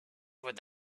with